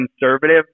conservative